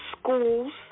schools